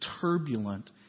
turbulent